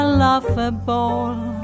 laughable